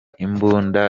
imbunda